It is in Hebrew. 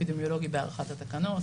אפידמיולוגי בהארכת התקנות.